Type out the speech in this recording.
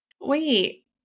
Wait